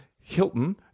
Hilton